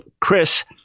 Chris